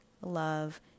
love